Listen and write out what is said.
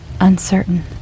uncertain